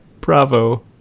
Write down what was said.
bravo